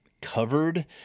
Covered